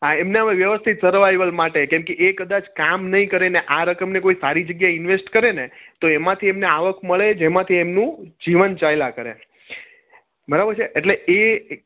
હા એમને હવે વ્યવસ્થિત સર્વવાવલ માટે કેમકે એ કદાચ કામ નહીં કરે ને આ રકમને કોઈ સારી જગ્યાએ ઇન્વેસ્ટ કરે ને તો એમાંથી એમને આવક મળે જેમાંથી એમનું જીવન ચાલ્યા કરે બરાબર છે એટલે એ